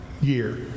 year